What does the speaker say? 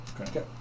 Okay